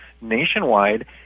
nationwide